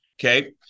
Okay